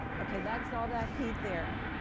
ok, that's all that heat there.